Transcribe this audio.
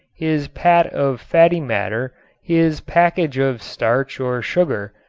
his pat of fatty matter his package of starch or sugar,